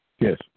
Yes